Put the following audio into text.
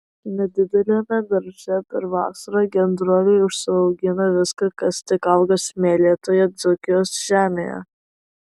nedideliame darže per vasarą gendroliai užsiaugina viską kas tik auga smėlėtoje dzūkijos žemėje